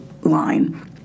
line